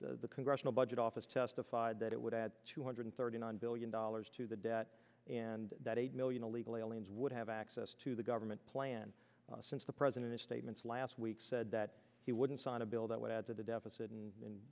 the congressional budget office testified that it would add two hundred thirty nine billion dollars to the debt and that eight million illegal aliens would have access to the government plan since the president's statements last week said that he wouldn't sign a bill that would add to the deficit and